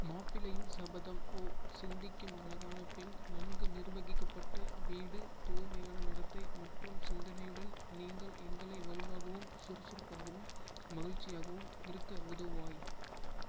மாப்பிள்ளையின் சபதம் ஓ சிந்திக்கும் அழகான பெண் நன்கு நிர்வகிக்கப்பட்ட வீடு தூய்மையான நடத்தை மற்றும் சிந்தனையுடன் நீங்கள் எங்களை வலுவாகவும் சுறுசுறுப்பாகவும் மகிழ்ச்சியாகவும் இருக்க உதவுவாய்